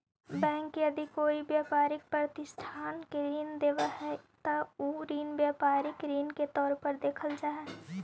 bank यदि कोई व्यापारिक प्रतिष्ठान के ऋण देवऽ हइ त उ ऋण व्यापारिक ऋण के तौर पर देखल जा हइ